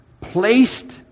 placed